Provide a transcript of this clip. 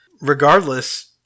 Regardless